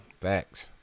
Facts